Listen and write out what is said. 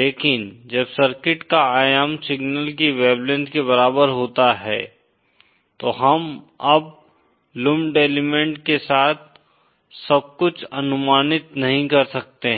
लेकिन जब सर्किट का आयाम सिग्नल की वेवलेंथ के बराबर होता है तो हम अब लुम्प्ड एलीमेंट के साथ सब कुछ अनुमानित नहीं कर सकते हैं